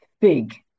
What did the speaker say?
big